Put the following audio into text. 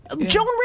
Joan